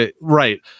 Right